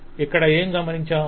ఇక్కడ ఇంకేమి గమనించాము